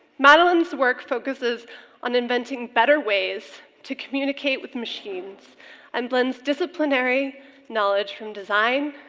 madeline's work focuses on inventing better ways to communicate with machines and blends disciplinary knowledge from design,